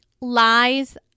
lies